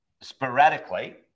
sporadically